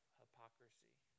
hypocrisy